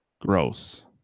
gross